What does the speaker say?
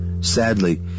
Sadly